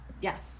Yes